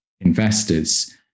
investors